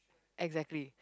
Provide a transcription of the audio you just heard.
exactly